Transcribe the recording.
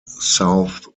south